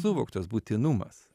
suvoktas būtinumas